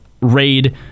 raid